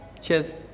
Cheers